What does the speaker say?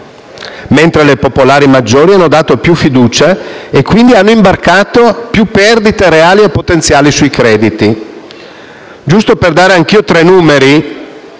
mentre le popolari maggiori hanno dato più fiducia e, quindi, hanno imbarcato più perdite reali e potenziali sui crediti. Giusto per dare anch'io tre numeri,